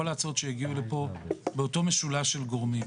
כל ההצעות שהגיעו לפה באותו משולש של גורמים.